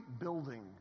building